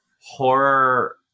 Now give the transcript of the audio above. horror